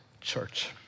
church